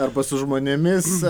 arba su žmonėmis